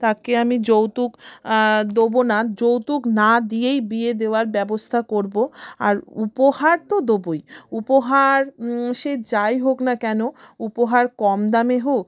তাকে আমি যৌতুক দোবো না যৌতুক না দিয়েই বিয়ে দেওয়ার ব্যবস্থা করব আর উপহার তো দেবোই উপহার সে যাই হোক না কেন উপহার কম দামের হোক